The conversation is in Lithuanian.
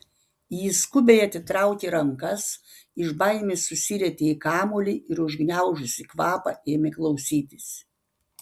ji skubiai atitraukė rankas iš baimės susirietė į kamuolį ir užgniaužusi kvapą ėmė klausytis